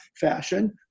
fashion